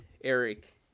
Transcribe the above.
Eric